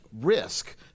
risk